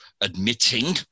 admitting